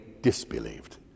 disbelieved